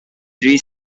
three